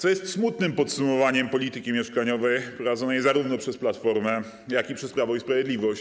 To jest smutne podsumowanie polityki mieszkaniowej prowadzonej zarówno przez Platformę, jak i przez Prawo i Sprawiedliwość.